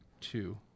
two